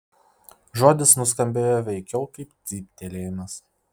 žodis nuskambėjo veikiau kaip cyptelėjimas